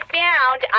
found